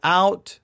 out